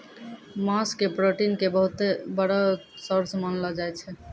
मांस के प्रोटीन के बहुत बड़ो सोर्स मानलो जाय छै